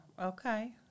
Okay